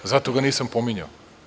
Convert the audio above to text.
Zato ga nisam pominjao.